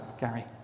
Gary